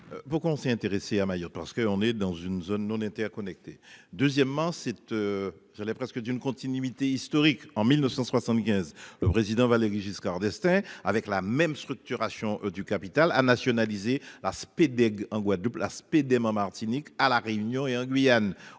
Pourquoi on s'est intéressé à Mayotte, parce qu'on est dans une zone monétaire. Deuxièmement cette. J'allais presque d'une continuité historique en 1975. Le président Valéry Giscard d'Estaing. Avec la même structuration du capital à nationalisé la speed. En Guadeloupe, l'aspect des Martinique à la Réunion et en Guyane,